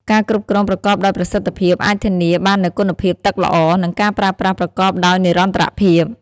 ការគ្រប់គ្រងប្រកបដោយប្រសិទ្ធភាពអាចធានាបាននូវគុណភាពទឹកល្អ និងការប្រើប្រាស់ប្រកបដោយនិរន្តរភាព។